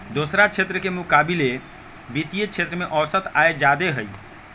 दोसरा क्षेत्र के मुकाबिले वित्तीय क्षेत्र में औसत आय जादे हई